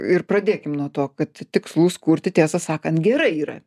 ir pradėkim nuo to kad tikslus kurti tiesą sakant gerai yra